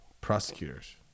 prosecutors